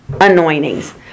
anointings